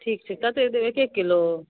ठीक छै कते देब एक एक किलो